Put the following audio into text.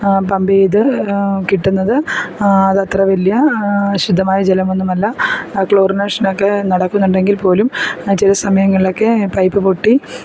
pump ചെയ്ത് കിട്ടുന്നത് അതത്ര വലിയ ശുദ്ധമായ ജലമൊന്നുമല്ല ക്ലോറിനേഷനൊക്കെ നടക്കുന്നുണ്ടെങ്കിൽ പോലും ആ ചില സമയങ്ങളിലൊക്കെ പൈപ്പ് പൊട്ടി